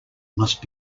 must